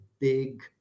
big